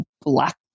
black